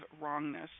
wrongness